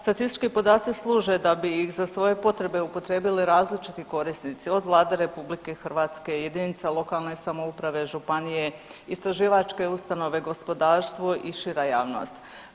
Statistički podaci služe da bi ih za svoje potrebe upotrijebili različiti korisnici od Vlade Republike Hrvatske, jedinica lokalne samouprave, županije, istraživačke ustanove, gospodarstvo i šira javnost.